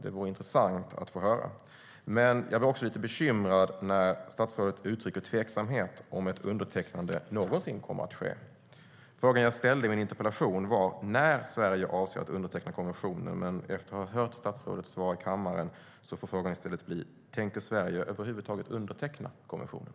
Det vore intressant att höra. Men jag blir bekymrad när statsrådet uttrycker tveksamhet om ett undertecknande någonsin kommer att ske. Frågan jag ställde i min interpellation var när Sverige avser att underteckna konventionen. Men efter att ha hört statsrådets svar i kammaren får frågan i stället bli: Tänker Sverige över huvud taget underteckna konventionen?